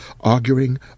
arguing